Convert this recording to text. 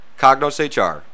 CognosHR